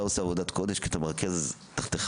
אתה עושה עבודת קודש כי אתה מרכז תחתיך